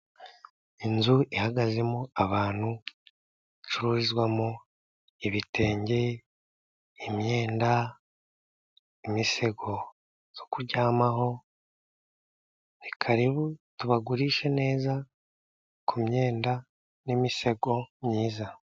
Inzu ihagazemo abantu bacururizamo ibitenge, imyenda, imisego yo kuryamaho, ni karibu tubagurishe neza k'umyenda n'imisego myiza.